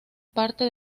parte